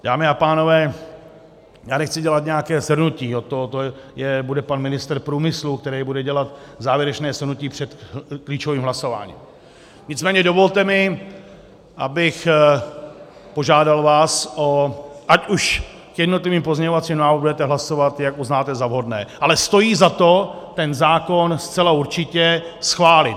Dámy a pánové, já nechci dělat nějaké shrnutí, od toho bude pan ministr průmyslu, který bude dělat závěrečné shrnutí před klíčovým hlasováním, nicméně dovolte mi, abych vás požádal, ať už k jednotlivým pozměňovacím návrhům budete hlasovat, jak uznáte za vhodné, ale stojí za to ten zákon zcela určitě schválit.